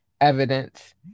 evidence